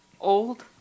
old